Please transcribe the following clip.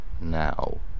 now